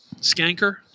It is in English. Skanker